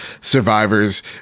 survivors